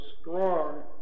strong